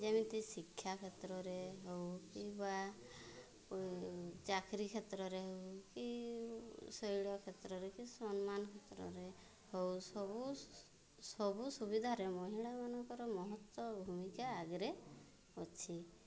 ଯେମିତି ଶିକ୍ଷା କ୍ଷେତ୍ରରେ ହଉ କିମ୍ବା ଚାକିରି କ୍ଷେତ୍ରରେ ହଉ କି ଶୈଳ କ୍ଷେତ୍ରରେ କି ସମ୍ମାନ କ୍ଷେତ୍ରରେ ହଉ ସବୁ ସବୁ ସୁବିଧା ମହିଳାମାନଙ୍କ ମହତ୍ତ୍ୱ ଭୂମିକା ଆଗରେ ଅଛି